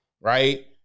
right